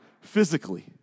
physically